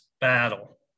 battle